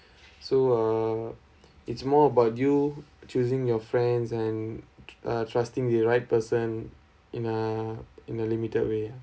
so uh it's more about you choosing your friends and uh trusting the right person in a in a limited way ah